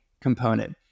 component